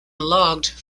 logged